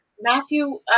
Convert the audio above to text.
Matthew